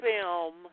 film